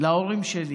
להורים שלי